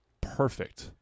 Perfect